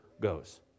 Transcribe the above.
goes